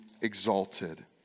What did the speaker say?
exalted